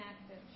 active